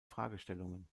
fragestellungen